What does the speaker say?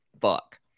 fuck